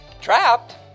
Trapped